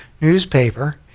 newspaper